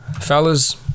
Fellas